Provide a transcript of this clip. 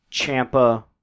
Champa